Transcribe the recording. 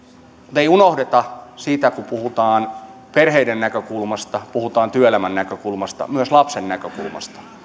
mutta ei unohdeta sitä kun puhutaan perheiden näkökulmasta puhutaan työelämän näkökulmasta myös lapsen näkökulmasta että